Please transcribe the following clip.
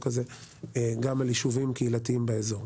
הזה גם על יישובים קהילתיים באזור.